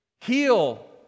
heal